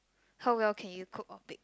how well can you cook or bake